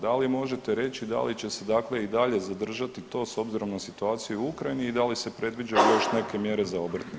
Da li možete reći da li će se dakle i dalje zadržati to s obzirom na situaciju u Ukrajini i da li se predviđaju još neke mjere za obrtnike?